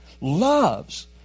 loves